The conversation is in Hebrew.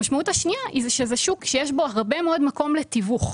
המשמעות השנייה היא שזה שוק שיש בו הרבה מאוד מקום לתיווך.